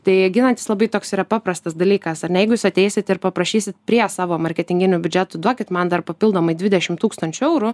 tai ginantis labai toks yra paprastas dalykas ar ne jeigu jūs ateisit ir paprašysit prie savo marketinginių biudžetų duokit man dar papildomai dvidešim tūkstančių eurų